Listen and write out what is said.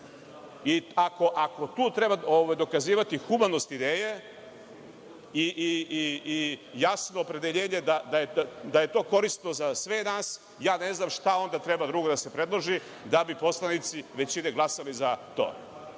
tu treba dokazivati humanost ideje i jasno opredeljenje da je to korisno za sve nas, ja ne znam šta onda treba drugo da se predloži da bi poslanici većine glasali za